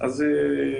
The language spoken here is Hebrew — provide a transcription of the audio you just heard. בעוד